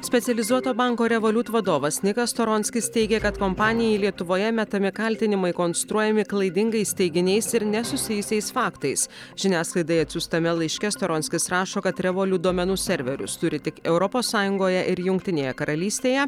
specializuoto banko revolut vadovas nikas storonckis teigia kad kompanijai lietuvoje metami kaltinimai konstruojami klaidingais teiginiais ir nesusijusiais faktais žiniasklaidai atsiųstame laiške storonskis rašo kad revolut duomenų serverius turi tik europos sąjungoje ir jungtinėje karalystėje